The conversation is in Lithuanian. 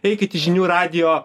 eikit į žinių radijo